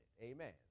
Amen